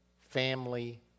family